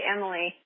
Emily